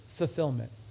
Fulfillment